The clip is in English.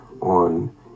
on